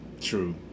true